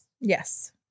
Yes